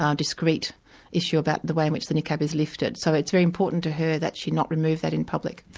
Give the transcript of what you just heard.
um discreet issue about the way in which the niqab is lifted. so it's very important to her that she not remove that in public.